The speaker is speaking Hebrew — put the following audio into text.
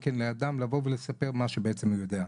כן לאדם לבוא ולספר את מה שבעצם הוא יודע.